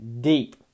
deep